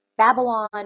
Babylon